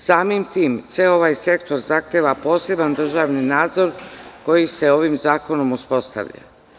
Samim tim ceo ovaj sektor zahteva poseban državni nadzor koji se ovim zakonom uspostavlja.